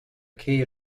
key